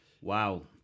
Wow